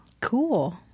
Cool